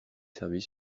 services